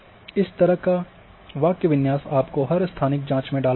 इस तरह का वाक्यविन्यास आपको हर स्थानिक जाँच में डालना होगा